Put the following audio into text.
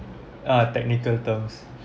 ah technical terms